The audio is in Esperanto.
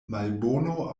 malbono